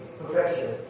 perfection